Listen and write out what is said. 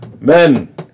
men